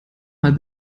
mal